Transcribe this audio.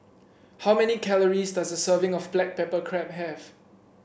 how many calories does a serving of Black Pepper Crab have